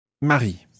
Marie